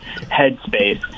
headspace